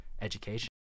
education